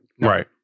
Right